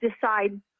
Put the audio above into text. decide